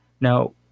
Now